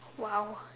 !wow!